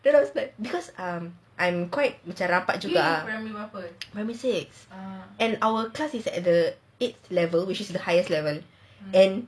then I was like because um I'm quite macam rapat juga ah primary six and our class is at the eight level which is the highest level and